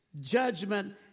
judgment